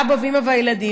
אבא ואימא וילדים,